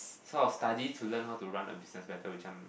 so I will study to learn how to run a business better which I'm